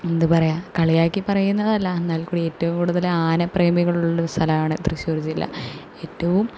എന്ത് പറയുക കളിയാക്കി പറയുന്നതല്ല എന്നാൽ ക്കൂടി ഏറ്റവും കൂടുതൽ ആന പ്രേമികളുള്ള ഒരു സ്ഥലമാണ് തൃശ്ശൂർ ജില്ല ഏറ്റവും